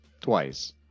twice